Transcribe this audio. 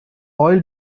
oil